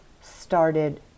started